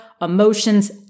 emotions